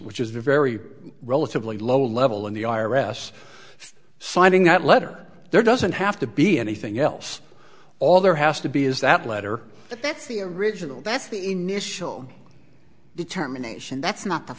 which is the very relatively low level of the i r s signing that letter there doesn't have to be anything else all there has to be is that letter that's the original that's the initial determination that's not the